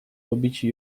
pobici